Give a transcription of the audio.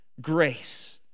grace